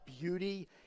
beauty